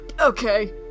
Okay